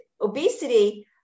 Obesity